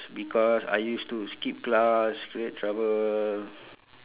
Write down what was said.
because I used to skip class create trouble